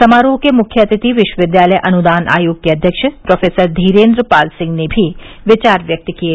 समारोह के मुख्य अतिथि विश्वविद्यालय अनुदान आयोग के अध्यक्ष प्रोफ़ेसर धीरेन्द्र पाल सिंह ने भी विचार व्यक्त किये